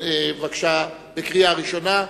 לקריאה הראשונה.